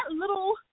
little